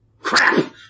Crap